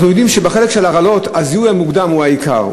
אנחנו יודעים שבהרעלות הזיהוי המוקדם הוא העיקר,